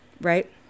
Right